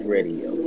Radio